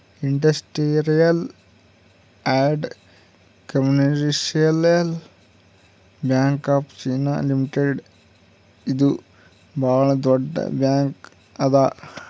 industrial and commercial bank of China limited ಇದು ಭಾಳ್ ದೊಡ್ಡ ಬ್ಯಾಂಕ್ ಅದಾ